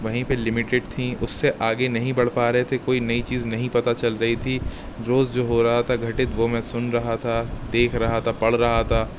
وہیں پہ لیمیٹڈ تھیں اس سے آگے نہیں بڑھ پا رہے تھے کوئی نئی چیز نہیں پتا چل رہی تھی روز جو ہو رہا تھا گھٹت وہ میں سن رہا تھا دیکھ رہا تھا پڑھ رہا تھا